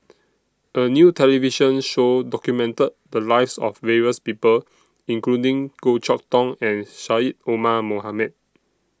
A New television Show documented The Lives of various People including Goh Chok Tong and Syed Omar Mohamed